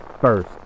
First